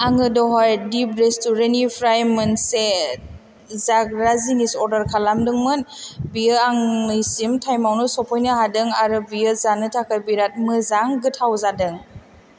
आङो दहाय दिप रेसतुरेनटनिफ्राय मोनसे जाग्रा जिनिस अर्दार खालामदोंमोन बियो आंनिसिम टाइमआवनो सफैनो हादों आरो बेयो जानो थाखाय बिरात मोजां गोथाव जादों